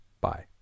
bye